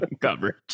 coverage